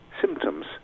symptoms